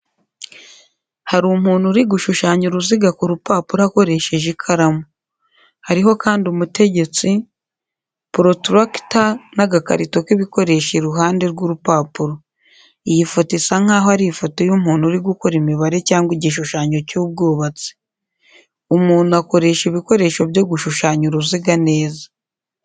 Hari umuntu uri gushushanya uruziga ku rupapuro akoresheje ikaramu. Hariho kandi umutegetsi, protractor, n'agakarito k'ibikoresho iruhande rw'urupapuro. Iyi foto isa nk'aho ari ifoto y'umuntu uri gukora imibare cyangwa igishushanyo cy'ubwubatsi. Umuntu akoresha ibikoresho byo gushushanya uruziga neza.